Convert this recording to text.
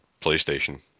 PlayStation